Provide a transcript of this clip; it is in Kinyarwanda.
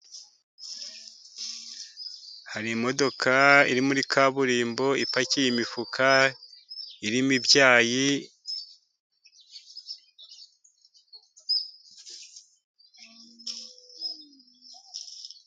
Hari imodoka iri muri kaburimbo, ipakiye imifuka irimo ibyayi.